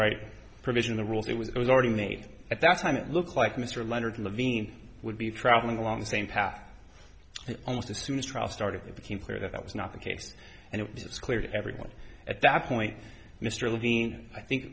right provision the rules it was already made at that time it looks like mr leonard levine would be traveling along the same path almost as soon as trial started it became clear that that was not the case and it was clear to everyone at that point mr levine i think